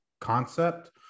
concept